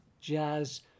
jazz